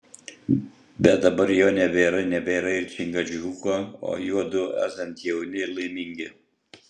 bet dabar jo nebėra nebėra ir čingačguko o judu esat jauni ir laimingi